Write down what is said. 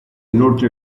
inoltre